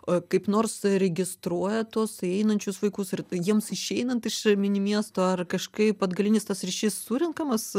o kaip nors registruoja tuos įeinančius vaikus ir jiems išeinant iš mini miesto ar kažkaip atgalinis tas ryšys surenkamas